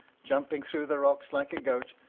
jumping through the rocks like a goat,